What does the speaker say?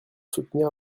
soutenir